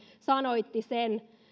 sanoitti sen